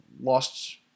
lost –